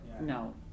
no